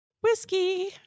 Whiskey